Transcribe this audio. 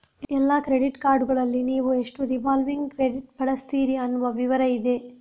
ಎಲ್ಲಾ ಕ್ರೆಡಿಟ್ ಕಾರ್ಡುಗಳಲ್ಲಿ ನೀವು ಎಷ್ಟು ರಿವಾಲ್ವಿಂಗ್ ಕ್ರೆಡಿಟ್ ಬಳಸ್ತೀರಿ ಅನ್ನುವ ವಿವರ ಇದೆ